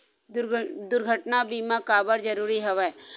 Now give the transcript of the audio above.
दुर्घटना बीमा काबर जरूरी हवय?